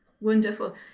wonderful